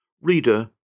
Reader